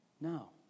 No